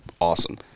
awesome